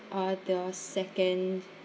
uh the second